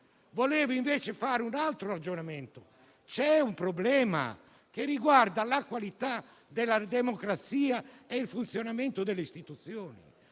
volevo, invece, fare un altro ragionamento. C'è un problema che riguarda la qualità della democrazia e il funzionamento delle istituzioni;